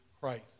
Christ